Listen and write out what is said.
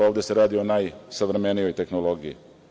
Ovde se radi o najsavremenijoj tehnologiji.